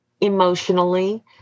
emotionally